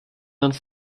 uns